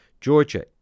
georgia